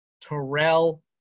Terrell